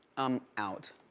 i'm out.